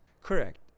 Correct